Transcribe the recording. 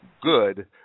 good